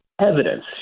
evidence